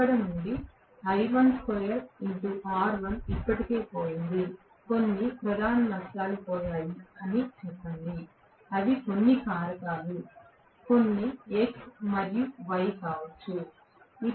అక్కడ నుండి ఇప్పటికే పోయింది కొన్ని ప్రధాన నష్టాలు పోయాయి అని చెప్పండి అవి కొన్ని కారకాలు కొన్ని X మరియు Y కావచ్చు